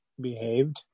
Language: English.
behaved